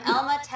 Elma